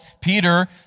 Peter